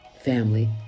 family